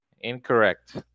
Incorrect